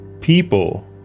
People